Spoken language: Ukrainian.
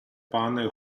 пане